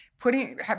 putting